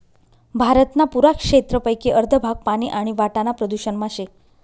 भारतना पुरा क्षेत्रपेकी अर्ध भाग पानी आणि वाटाना प्रदूषण मा शे